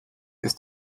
ist